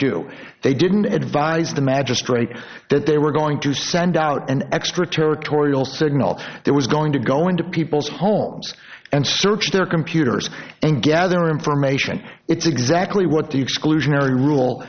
do they didn't advise the magistrate that they were going to send out an extraterritorial signal there was going to go into people's homes and search their computers and gather information it's exactly what the exclusionary rule